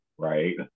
Right